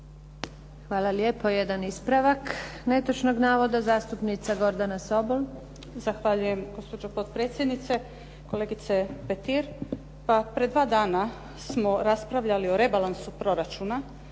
Hvala lijepo. Jedan ispravak netočnog navoda. Zastupnica Gordana Sobol. **Sobol, Gordana (SDP)** Zahvaljujem, gospođo potpredsjednice. Kolegice Petir, pa prije dva dana smo raspravljali o rebalansu proračuna.